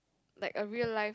like a real life